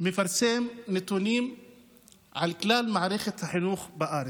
מפרסם נתונים על כלל מערכת החינוך בארץ,